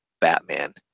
Batman